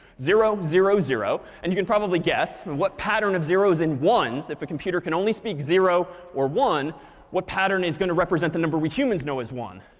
zero, zero, zero and you can probably guess what pattern of zeros and ones, if a computer can only speak zero or one what pattern is going to represent the number we humans know as one?